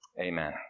Amen